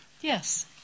yes